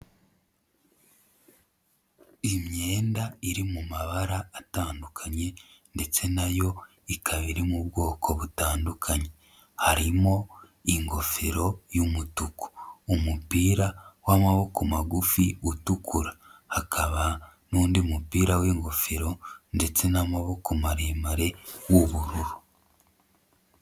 Imyenda iri mu mabara atandukanye ndetse na yo ikaba iri mu bwoko butandukanye, harimo ingofero y'umutuku, umupira w'amaboko magufi utukura, hakaba n'undi mupira w'ingofero ndetse n'maboko maremare w'ubururu.